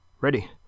Ready